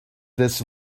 this